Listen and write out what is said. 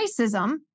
racism